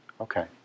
Okay